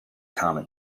comic